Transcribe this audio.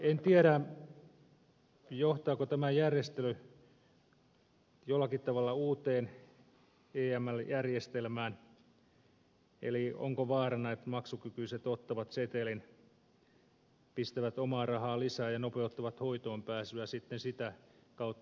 en tiedä johtaako tämä järjestely jollakin tavalla uuteen eml järjestelmään eli onko vaarana että maksukykyiset ottavat setelin pistävät omaa rahaa lisää ja nopeuttavat hoitoonpääsyä sitten sitä kautta